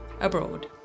abroad